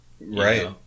Right